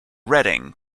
reading